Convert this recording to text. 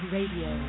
Radio